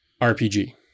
RPG